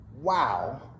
Wow